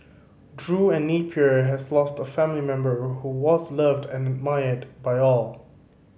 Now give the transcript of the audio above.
Drew and Napier has lost a family member who was loved and admired by all